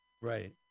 Right